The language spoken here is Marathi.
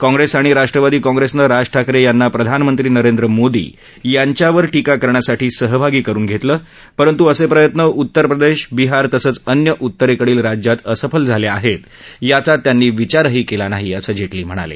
काँग्रेस आणि राष्ट्रवादी काँग्रेसनं राज ठाकरे यांना प्रधानमंत्री नरेंद्र मोदी यांच्यावर टीका करण्यासाठी सहभागी करुन घेतलं आहे परंतू असे प्रयत्न उत्तर प्रदेश बिहार तसंच अन्य उत्तरेकडील राज्यात असफल झाले आहेत याचा त्यांनी विचारही केला नाही असं जेटली म्हणाले